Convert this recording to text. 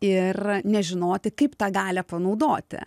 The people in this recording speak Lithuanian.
ir nežinoti kaip tą galią panaudoti